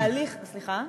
סליחה?